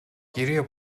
гэрээ